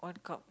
what cup